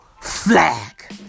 flag